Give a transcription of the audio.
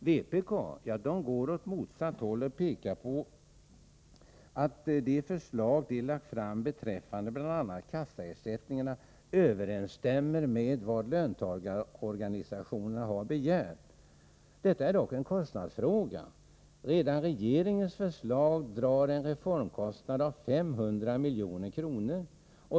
Vpk går åt motsatt håll och pekar på att de förslag vpk lagt fram beträffande bl.a. kassaersättningarna överensstämmer med vad löntagarorganisationerna har begärt. Detta är dock en kostnadsfråga. Redan regeringens förslag drar en reformkostnad av 500 milj.kr.